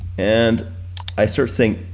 and i start saying,